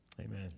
Amen